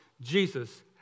Jesus